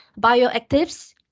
bioactives